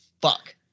Fuck